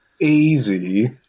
easy